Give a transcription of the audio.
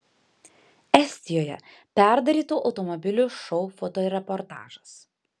estijoje perdarytų automobilių šou fotoreportažas